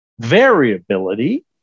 variability